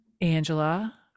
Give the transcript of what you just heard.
Angela